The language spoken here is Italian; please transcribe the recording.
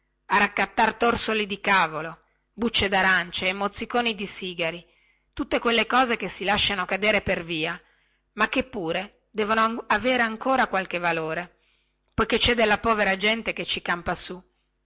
a raccattar torsi di cavolo bucce darancie e mozziconi di sigari tutte quelle cose che si lasciano cadere per via ma che pure devono avere ancora qualche valore perchè cè della povera gente che ci campa su